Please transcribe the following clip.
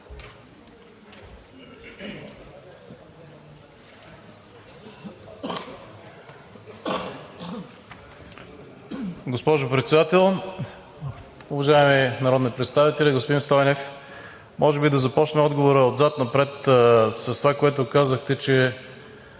Госпожо Председател, уважаеми народни представители! Господин Стойнев, може би да започна отговора отзад напред с това, което казахте,